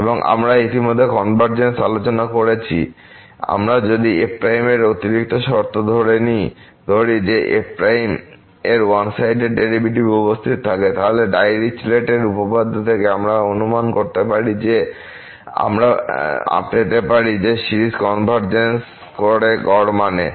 এবং আমরা ইতিমধ্যে কনভারজেন্স আলোচনা করেছি আমরা যদি f এর অতিরিক্ত শর্ত ধরি যে f এর ওয়ান সাইডেড ডেরাইভেটিভ উপস্থিত থাকে তাহলে ডাইরিচলেট এর উপপাদ্য থেকে অনুমান করতে পারি যে আমরা পেতে পারি যে সিরিজ কনভারজ করে গড় মান এ